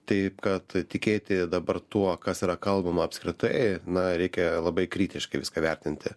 taip kad tikėti dabar tuo kas yra kalbama apskritai na reikia labai kritiškai viską vertinti